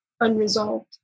unresolved